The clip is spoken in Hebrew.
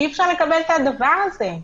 אי-אפשר לקבל את הדבר הזה.